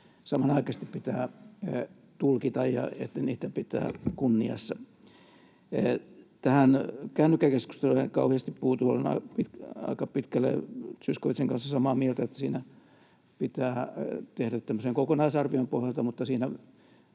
samanaikaisesti pitää tulkita ja pitää kunniassa. Tähän kännykkäkeskusteluun en kauheasti puutu. Olen aika pitkälle Zyskowiczin kanssa samaa mieltä, että pitää tehdä tämmöisen kokonaisarvion pohjalta, mutta siinä